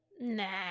nah